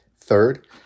Third